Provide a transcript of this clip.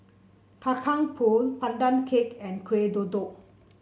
Kacang Pool Pandan Cake and Kueh Kodok